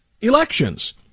elections